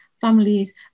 families